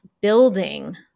building